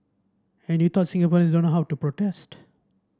and you thought Singaporeans don't know how to protest